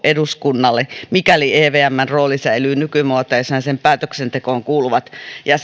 eduskunnalla mikäli evmn rooli säilyy nykymuotoisena ja sen päätöksentekoon kuuluvat